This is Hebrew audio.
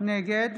נגד